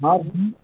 हाँ